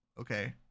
Okay